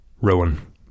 Rowan